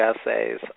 essays